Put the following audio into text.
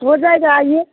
हो जाएगा आइए